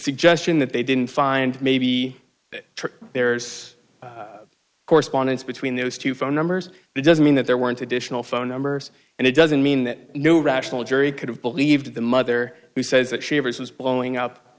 suggestion that they didn't find maybe there's correspondence between those two phone numbers doesn't mean that there weren't additional phone numbers and it doesn't mean that no rational jury could have believed the mother who says that she was blowing up